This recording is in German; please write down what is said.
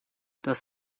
das